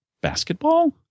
basketball